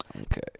okay